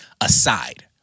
aside